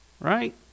Right